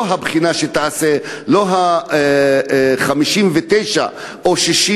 לא הבחינה, לא הציון, 59 או 60,